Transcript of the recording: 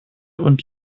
und